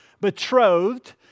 betrothed